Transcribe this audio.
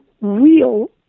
real